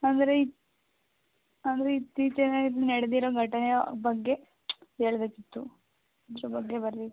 ಅಂದರೆ ಈ ಅಂದರೆ ಇತ್ತೀಚೆನೆ ನಡ್ದಿರೋ ಘಟನೆಯ ಬಗ್ಗೆ ಹೇಳಬೇಕಿತ್ತು ಅದ್ರ ಬಗ್ಗೆ